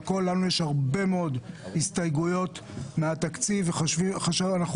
לנו יש הרבה מאוד הסתייגויות מהתקציב ואנחנו